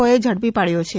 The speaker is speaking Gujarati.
ઓએ ઝડપી પાડ્યો છે